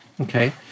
okay